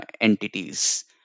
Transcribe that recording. entities